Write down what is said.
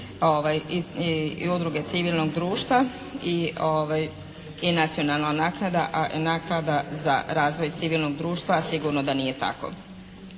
i udruge civilnog društva i nacionalna naklada, a naklada za razvoj civilnog društva sigurno da nije tako.